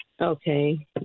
Okay